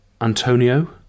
Antonio